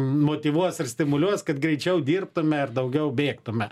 motyvuos ir stimuliuos kad greičiau dirbtume ar daugiau bėgtume